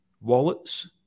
wallets